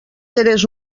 eres